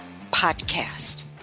podcast